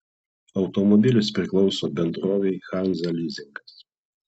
automobilis priklauso bendrovei hanza lizingas